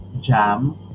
jam